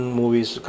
movies